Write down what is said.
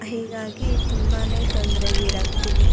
ಹೀಗಾಗಿ ತುಂಬಾ ತೊಂದರೆಗೀಡಾಗ್ತೀವಿ